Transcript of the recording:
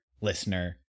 listener